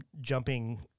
jumping